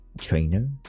trainer